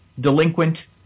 delinquent